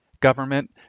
government